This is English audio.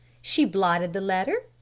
she blotted the letter,